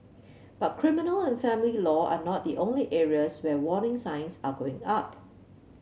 but criminal and family law are not the only areas where warning signs are going up